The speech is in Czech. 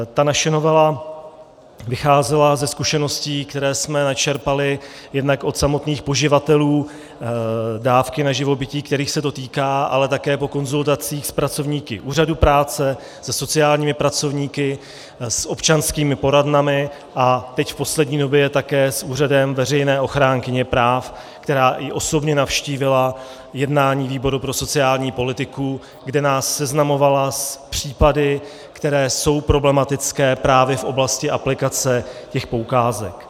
Ta naše novela vycházela ze zkušeností, které jsme načerpali jednak od samotných poživatelů dávky na živobytí, kterých se to týká, ale také po konzultacích s pracovníky úřadu práce, se sociálními pracovníky, s občanskými poradnami a teď v poslední době také s Úřadem veřejné ochránkyně práv, která i osobně navštívila jednání výboru pro sociální politiku, kde nás seznamovala s případy, které jsou problematické právě v oblasti aplikace poukázek.